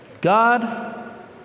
God